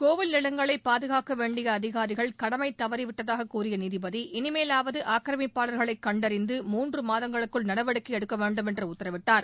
கோவில் நிலங்களை பாதுகாக்க வேண்டிய அதிகாரிகள் கடமை தவறி விட்டதாகக் கூறிய நீதிபதி இளிமேலாவது ஆக்கிரமிப்பாளர்களைக் கண்டறிந்து மூன்று மாதங்களுக்குள் நடவடிக்கை எடுக்க வேண்டுமென்று உத்தரவிட்டார்